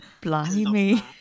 Blimey